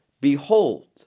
behold